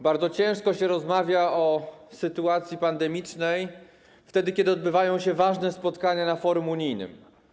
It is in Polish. Bardzo ciężko się rozmawia o sytuacji pandemicznej, wtedy kiedy odbywają się ważne spotkania na forum unijnym.